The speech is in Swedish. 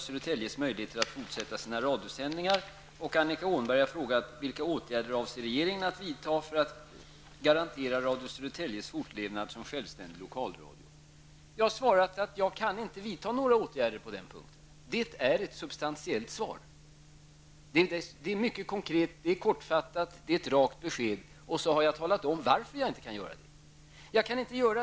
Södertäljes möjligheter att fortsätta sina radiosändningar? Radio Södertäljes fortlevnad, som självständig lokalradio? Jag har svarat att jag inte kan vidta några åtgärder i det avseendet, och det är ett substantiellt svar. Det är ett mycket konkret, kortfattat och rakt besked. Vidare har jag talat om varför jag inte kan vidta några åtgärder.